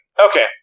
Okay